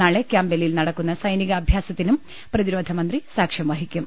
നാളെ ക്യാംപ് ബെല്ലിൽ നടക്കുന്ന സൈനിക അഭ്യാസത്തിനും പ്രതിരോധമന്ത്രി സാക്ഷ്യം വഹിക്കും